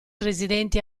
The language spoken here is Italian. residenti